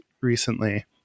recently